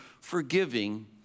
forgiving